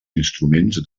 instruments